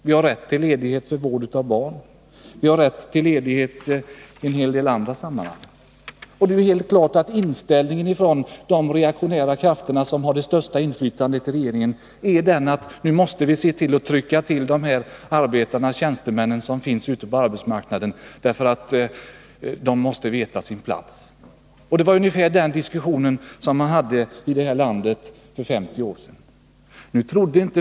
Vi har rätt till ledighet för vård av barn, vi har rätt till ledighet i en hel del andra sammanhang — och det är helt klart att inställningen hos de reaktionära krafter som har det största inflytandet i regeringen är: Nu måste vi se till att trycka till arbetare och tjänstemän som finns ute på arbetsmarknaden därför att de måste veta sin plats. Det var ungefär den diskussionen som fördes i det här landet för 50 år sedan.